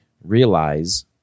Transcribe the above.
realize